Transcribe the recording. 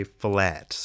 flat